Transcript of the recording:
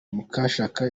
mukashyaka